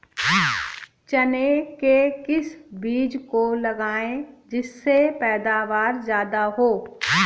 चने के किस बीज को लगाएँ जिससे पैदावार ज्यादा हो?